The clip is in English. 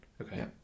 okay